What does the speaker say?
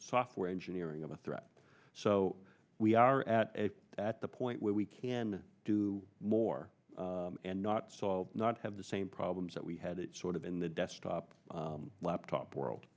software engineering of a threat so we are at a at the point where we can do more and not solve not have the same problems that we had it sort of in the desktop laptop world